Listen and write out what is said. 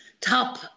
top